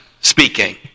speaking